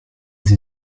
sie